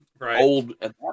old